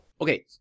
Okay